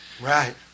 Right